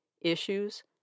Issues